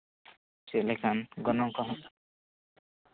ᱪᱮᱫ ᱞᱮᱠᱟ ᱜᱚᱱᱚᱝ ᱠᱚ